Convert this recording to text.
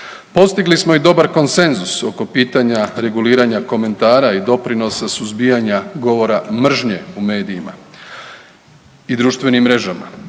Postigli smo i dobar konsenzus oko pitanja reguliranja komentara i doprinosa suzbijanja govora mržnje u medijima i društvenim mrežama.